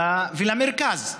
למרכז.